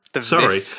Sorry